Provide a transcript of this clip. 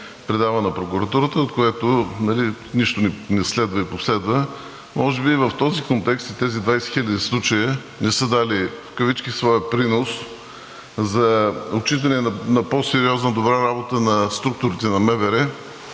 предава на прокуратурата, от което нищо не следва и последва. Може би в този контекст и тези 20 хиляди случая не са дали своя „принос“ за отчитане на по-сериозна добра работа на структурите на МВР,